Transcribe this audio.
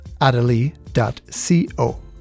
adelie.co